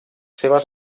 seves